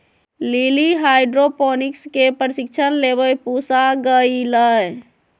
lily hydroponics के प्रशिक्षण लेवे पूसा गईलय